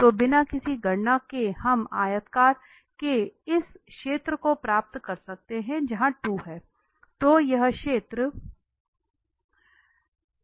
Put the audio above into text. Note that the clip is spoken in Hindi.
तो बिना किसी गणना के हम आयताकार के इस क्षेत्र को प्राप्त कर सकते हैं जो यहां 2 है